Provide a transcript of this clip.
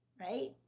Right